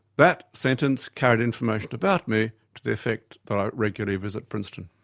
that sentence carried information about me to the effect that i regularly visit princeton.